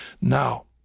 Now